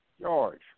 George